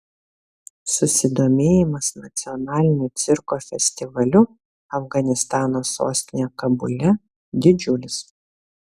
susidomėjimas nacionaliniu cirko festivaliu afganistano sostinėje kabule didžiulis